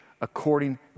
according